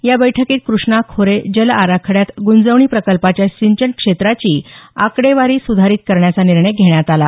या बैठकीत कृष्णा खोरे जल आराखड्यात गुंजवणी प्रकल्पाच्या सिंचन क्षेत्राची आकडेवारी सुधारित करण्याचा निर्णय घेण्यात आला